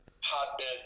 hotbed